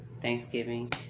Thanksgiving